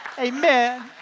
Amen